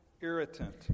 irritant